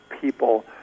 people